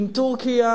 עם טורקיה,